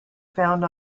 found